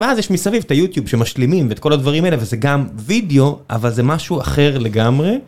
ואז יש מסביב את היוטיוב שמשלימים את כל הדברים האלה וזה גם וידאו אבל זה משהו אחר לגמרי